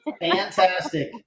Fantastic